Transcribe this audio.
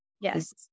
Yes